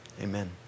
Amen